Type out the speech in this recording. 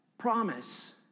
promise